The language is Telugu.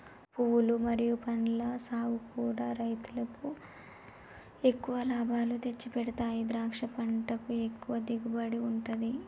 పువ్వులు మరియు పండ్ల సాగుకూడా రైలుకు ఎక్కువ లాభాలు తెచ్చిపెడతాయి ద్రాక్ష పంటకు ఎక్కువ దిగుబడి ఉంటది